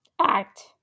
act